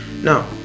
Now